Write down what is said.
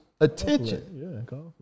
attention